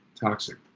toxic